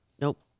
Nope